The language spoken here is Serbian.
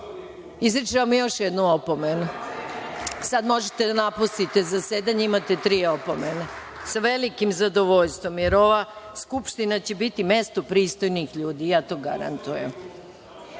vam još jednu opomenu. Sad možete da napustite zasedanje, imate tri opomene. Sa velikim zadovoljstvom, jer ova Skupština će biti mesto pristojnih ljudi, ja to garantujem.(Nemanja